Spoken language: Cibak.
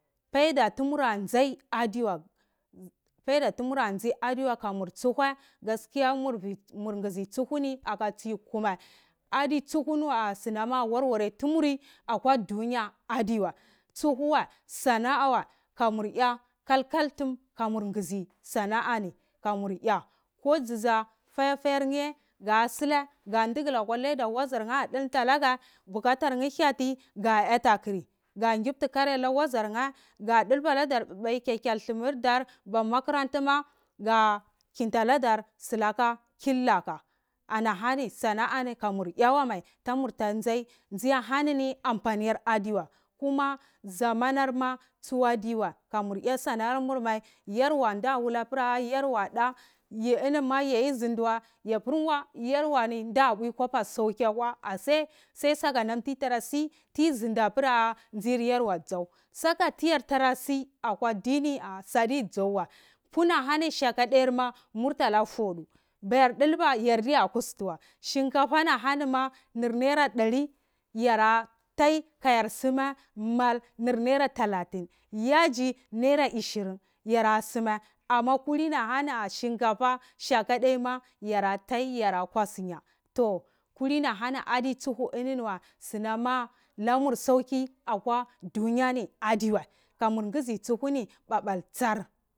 Paida tumura ndzai adiwa paida tumura nzai adiwai komur tsobwai gonkiya komur vwi tsohu ni aka tsi kuma adi tsuhuni waa sunan a warware tumui akwa dunyo adiwai tsohu wai tsano a wai kamurya kalkal tum kamur nguzi soana ani kamur ya ko dzu dzo fayayerar nheh ye ga slai ga ndugul akwa leda ka wazar nheh adul nta alagheh bukatar nhch hyatigu yata kri ga nyopti kari ala wazor neh ga dulba ladar babai kekal lumurdar ba makaranta ma ga nyinta ladur sulaka kilaka ana honi stanahani komor ya mai tomur ta ngi ahani ni ampanir adiwai kuma zomarmu tsowa diwai mur ya sonar mur wai yorwu nda wuda puryarwa da yi mi ma you zundi woi yopurwa yarwani nda pwi kupa sosai ase tindin pri saka tiyar tar si akwa dini saadi dzou wai mpuni ahanini murtala fohdu bayar dulba yarda kusti wai shikafa ni ahani ma nir naila dali yara tai to soma mal ahanini ma nil naira talatin yoji ahanini shimkafa shakadai ma yara toi yarda kwasina toh kulini ahori adi tsuhuniwai sunan alamus sauki akwa dunya adiwai kamur ngozi tsuhuni papal tsar.